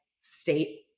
state